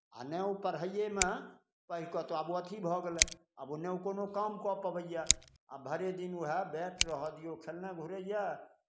आ ने ओ पढ़ैएमे पढ़ि कऽ तऽ आब ओ अथी भऽ गेल हँ आब नहि कोनो काम कऽ पबैए आ भरे दिन उएह बैट रहय दियौ खेलने घुरैए